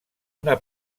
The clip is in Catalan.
una